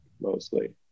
mostly